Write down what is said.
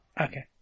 Okay